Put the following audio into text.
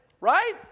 Right